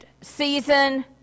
season